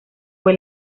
fue